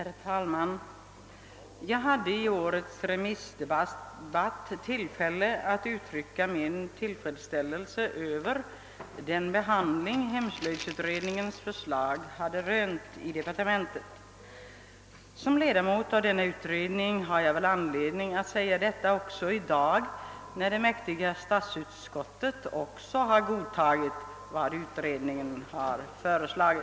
Herr talman! Jag hade i årets remissdebatt tillfälle att uttrycka min tillfredsställelse över den behandling hemslöjdsutredningens förslag hade rönt i departementet. Som ledamot av denna utredning har jag väl anledning att säga detta också i dag då det mäktiga statsutskottet också har godtagit utredningens förslag.